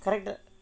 correct